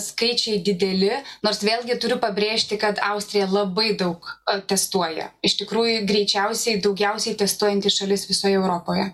skaičiai dideli nors vėlgi turiu pabrėžti kad austrija labai daug testuoja iš tikrųjų greičiausiai daugiausiai testuojanti šalis visoje europoje